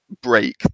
break